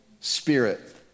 spirit